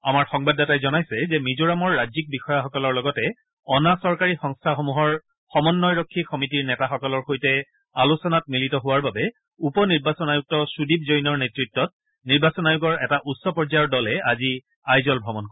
আমাৰ সংবাদদাতাই জনাইছে যে মিজোৰামৰ ৰাজ্যিক বিষয়াসকলৰ লগতে অনা চৰকাৰী সংস্থাসমূহৰ সমন্নয়ৰক্ষী সমিতিৰ নেতাসকলৰ সৈতে আলোচনাত মিলিত হোৱাৰ বাবে উপ নিৰ্বাচন আয়ুক্ত সুদীপ জৈনৰ নেতৃত্বত নিৰ্বাচন আয়োগৰ এটা উচ্চ পৰ্যায়ৰ দলে আজি আইজল ভ্ৰমণ কৰিব